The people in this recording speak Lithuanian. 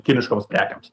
kiniškoms prekėms